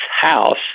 house